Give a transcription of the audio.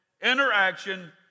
interaction